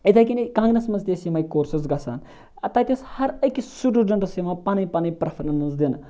اِتھے کٔنۍ کَنٛگنَس مَنٛز تہِ ٲسۍ یِمے کورسٕز گَژھان تَتہِ ٲسۍ ہَر أکِس سٹوڈنٹَس یِوان پَنٕنۍ پَنٕنۍ پریٚفرنس دِنہِ